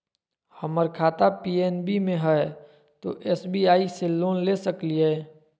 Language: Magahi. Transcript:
हमर खाता पी.एन.बी मे हय, तो एस.बी.आई से लोन ले सकलिए?